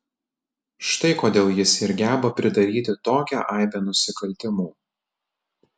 štai kodėl jis ir geba pridaryti tokią aibę nusikaltimų